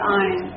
own